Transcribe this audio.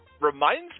reminds